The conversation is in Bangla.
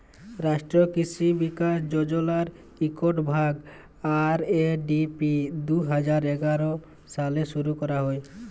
রাষ্ট্রীয় কিসি বিকাশ যজলার ইকট ভাগ, আর.এ.ডি.পি দু হাজার এগার সালে শুরু ক্যরা হ্যয়